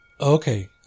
Okay